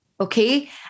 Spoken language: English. Okay